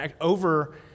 over